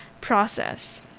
process